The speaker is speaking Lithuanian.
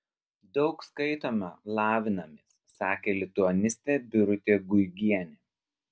daug skaitome lavinamės sakė lituanistė birutė guigienė